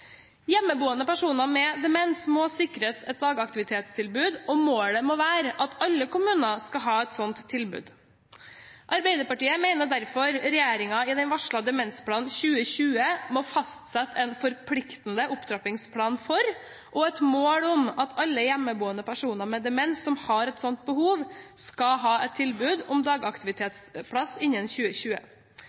Hjemmeboende personer med demens må sikres et dagaktivitetstilbud, og målet må være at alle kommuner skal ha et slikt tilbud. Arbeiderpartiet mener derfor regjeringen i den varslede Demensplan 2020 må fastsette en forpliktende opptrappingsplan for og et mål om at alle hjemmeboende personer med demens som har et slikt behov, skal ha et tilbud om dagaktivitetsplass innen 2020.